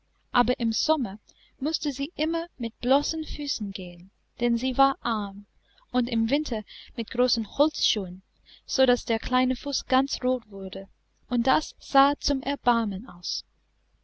aber im sommer mußte sie immer mit bloßen füßen gehen denn sie war arm und im winter mit großen holzschuhen sodaß der kleine fuß ganz rot wurde und das sah zum erbarmen aus